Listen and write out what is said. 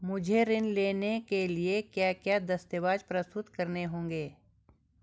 मुझे ऋण लेने के लिए क्या क्या दस्तावेज़ प्रस्तुत करने होंगे?